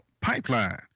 Pipeline